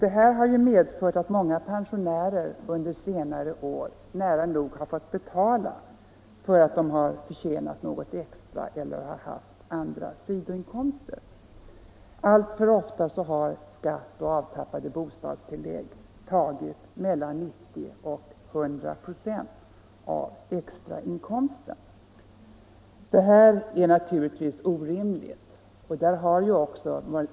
Detta har medfört att många pensionärer under senare år nära nog har fått betala för att de har förtjänat något extra eller har haft andra sidoinkomster. Alltför ofta har skatt och avtrappade bostadstillägg tagit mellan 90 och 100 96 av extrainkomsten. Naturligtvis är detta orimligt.